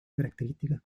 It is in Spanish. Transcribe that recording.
características